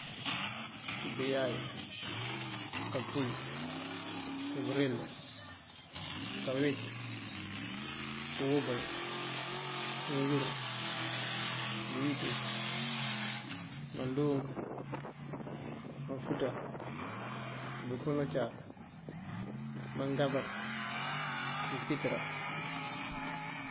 Biyáay, kapύul, pibёrid, kaweet, pёwёbёl, mёngur, bёwiţёs, mandúunk, manfuţar, pёpёn ucáak, mangámbar, mёnkitёrá.